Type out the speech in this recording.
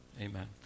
amen